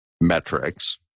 metrics